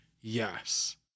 Yes